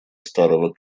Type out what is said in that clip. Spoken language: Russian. старого